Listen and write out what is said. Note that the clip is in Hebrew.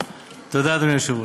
תודה, אדוני היושב-ראש.